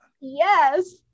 Yes